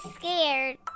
scared